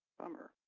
bummer.